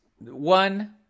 One